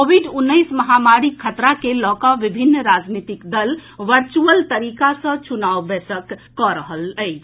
Covid उन्नैस महामारीक खतरा के लऽ कऽ विभिन्न राजनीतिक दल वर्चुअल तरीका सँ चुनाव बैसक कऽ रहल अछि